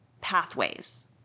pathways